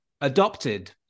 adopted